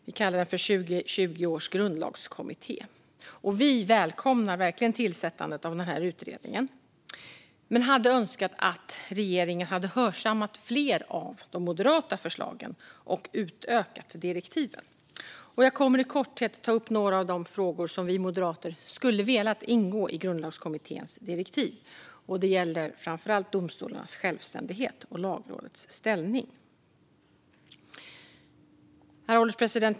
Vi kallar den för 2020 års grundlagskommitté. Vi moderater välkomnar verkligen tillsättandet av denna utredning men hade önskat att regeringen hade hörsammat fler av de moderata förslagen och utökat direktiven. Jag kommer att i korthet ta upp några av de frågor som vi moderater hade velat se ingå i Grundlagskommitténs direktiv. Det gäller framför allt domstolarnas självständighet och Lagrådets ställning. Herr ålderspresident!